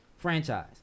Franchise